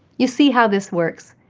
you see how this works.